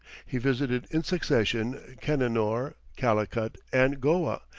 he visited in succession cananore, calicut, and goa,